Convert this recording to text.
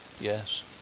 Yes